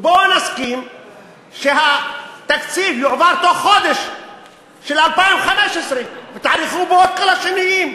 בואו נסכים שהתקציב של 2015 יועבר בתוך חודש ותערכו בו את כל השינויים.